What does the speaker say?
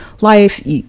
life